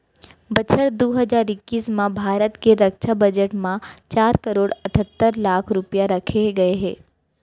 बछर दू हजार इक्कीस म भारत के रक्छा बजट म चार करोड़ अठत्तर लाख रूपया रखे गए हे